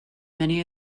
many